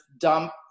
dump